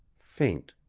faint,